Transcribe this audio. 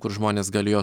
kur žmonės galėjo